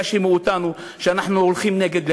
שלא יאשימו אותנו שאנחנו הולכים נגד,